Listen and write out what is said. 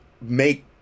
make